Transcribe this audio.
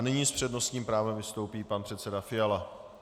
Nyní s přednostním právem vystoupí pan předseda Fiala.